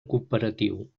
cooperatiu